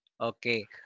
Okay